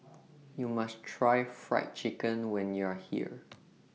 YOU must Try Fried Chicken when YOU Are here